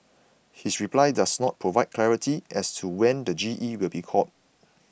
his reply does not provide clarity as to when the G E will be called